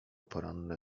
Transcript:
poranne